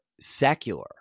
secular